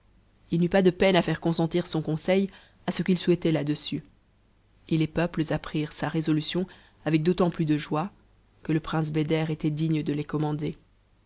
il n'eut pas de peine à aire consentir son conseil à ce qu'il souhaitait là-dessus et les peuples apprirent sa résolution avec d'autant plus de joie que le prince beder était digne de les commander